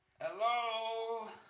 Hello